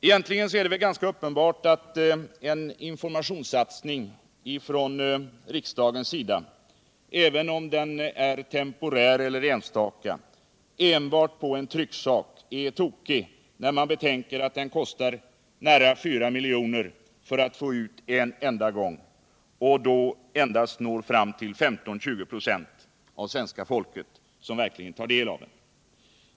Egentligen är det väl ganska upp2nbart att en informationsdrive från riksdagens sida —-även om den är temporär eller enstaka —-enbart bestående av en trycksak är tokig, när man betänker att en enda satsning kostar nästan 4 milj.kr. och att det då endast är 15-20 96 av svenska folket som verkligen tar del av den.